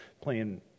playing